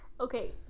Okay